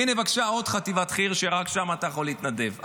הינה, בבקשה, עוד חטיבת חי"ר ששם אתה יכול להתנדב.